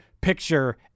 Picture